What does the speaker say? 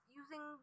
using